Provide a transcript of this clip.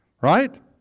Right